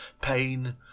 pain